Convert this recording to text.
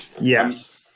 Yes